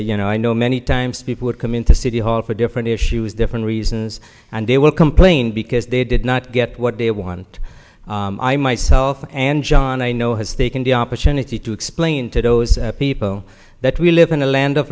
you know i know many times people would come into city hall for different issues different reasons and they will complain because they did not get what they want i myself and john i know has taken the opportunity to explain to those people that we live in a lan